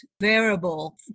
variable